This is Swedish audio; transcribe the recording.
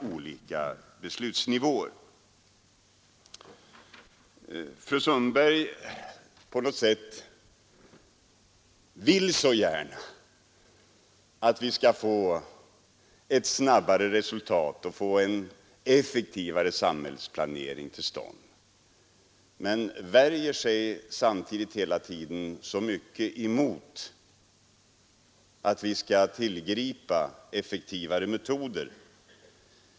Fru Sundberg vill på något sätt så gärna att vi skall få ett snabbare resultat och få en effektivare samhällsplanering till stånd, men hon värjer sig samtidigt så mycket emot att vi skall tillgripa effektivare metoder.